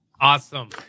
Awesome